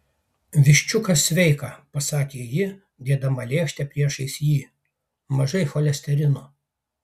viščiukas sveika pasakė ji dėdama lėkštę priešais jį mažai cholesterino